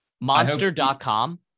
monster.com